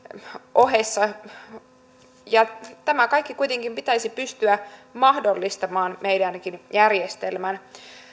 ohessa tämä kaikki kuitenkin pitäisi pystyä mahdollistamaan meidänkin järjestelmään